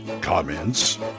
Comments